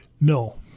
No